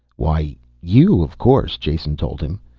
why you of course, jason told him.